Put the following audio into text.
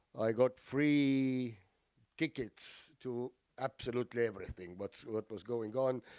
i got free tickets to absolutely everything. but what was going on,